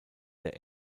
der